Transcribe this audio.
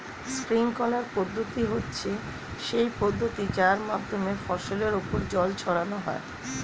sprinkler পদ্ধতি হচ্ছে সেই পদ্ধতি যার মাধ্যমে ফসলের ওপর জল ছড়ানো হয়